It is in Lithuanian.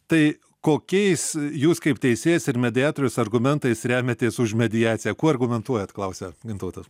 tai kokiais jūs kaip teisėjas ir mediatorius argumentais remiatės už mediaciją kuo argumentuojat klausia gintautas